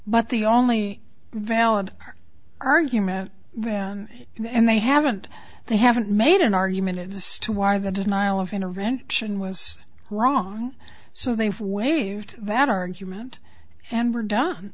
but the only valid argument and they haven't they haven't made an argument as to why the denial of intervention was wrong so they've waived that argument and were done